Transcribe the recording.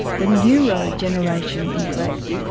the neurogeneration, in fact.